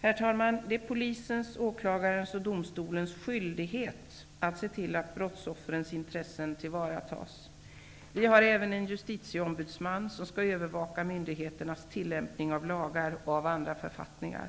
Herr talman! Det är polisens, åklagarens och domstolens skyldighet att se till att brottsoffrens intressen tillvaratas. Vi har även en justitieombudsman, JO, som skall övervaka myndigheternas tillämpning av lagar och andra författningar.